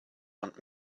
want